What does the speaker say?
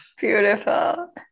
beautiful